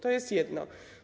To jest jedno.